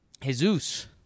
Jesus